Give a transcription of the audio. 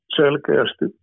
selkeästi